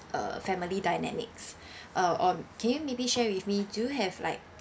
uh family dynamics uh or can you maybe share with me do have like